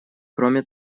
кроме